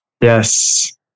Yes